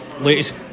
latest